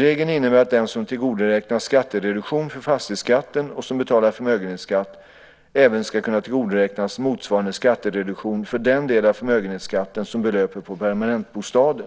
Regeln innebär att den som tillgodoräknas skattereduktion för fastighetsskatten, och som betalar förmögenhetsskatt, även ska kunna tillgodoräknas motsvarande skattereduktion för den del av förmögenhetsskatten som belöper på permanentbostaden.